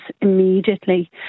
immediately